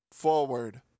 forward